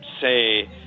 say